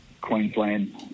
Queensland